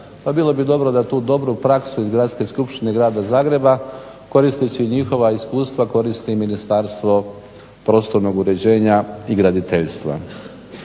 pa bi bilo dobro da tu dobru praksu Gradske skupštine grada Zagreba koristeći njihova iskustva koristi i Ministarstvo prostornog uređenja i graditeljstva.